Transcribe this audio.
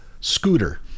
Scooter